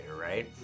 Right